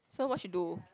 so what she do